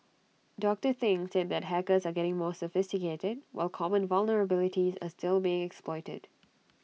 doctor thing said that hackers are getting more sophisticated while common vulnerabilities are still being exploited